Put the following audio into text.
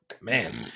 man